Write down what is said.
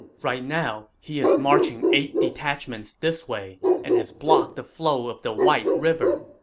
right now he is marching eight detachments this way and has blocked the flow of the white river.